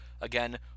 Again